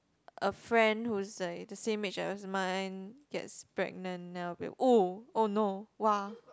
a friend who's like the same age as mine gets pregnant then I'll be oh oh no !wah!